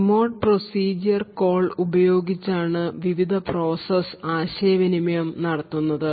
remote procedure call ഉപയോഗിച്ചാണ് വിവിധ process ആശയവിനിമയം നടത്തുന്നത്